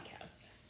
podcast